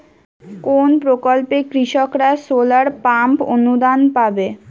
কোন প্রকল্পে কৃষকরা সোলার পাম্প অনুদান পাবে?